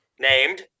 named